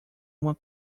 uma